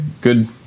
Good